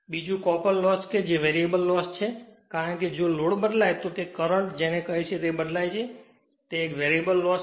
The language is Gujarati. બીજું કોપર લોસ છે તે એક વેરિએબલ લોસ છે કારણ કે જો લોડ બદલાય છે તો તે કરંટ ને જે કહે છે તે બદલાય છે તે એક વેરિએબલ લોસ છે